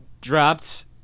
dropped